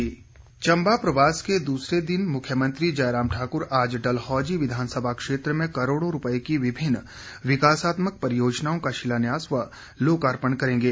मुख्यमंत्री दौरा चंबा प्रवास के दूसरे दिन मुख्यमंत्री जयराम ठाकुर आज डल्हौली विधानसभा क्षेत्र में करोड़ों रूपये की विभिन्न विकासात्मक परियोजनाओं का शिलान्याव व लोकार्पण करेंगे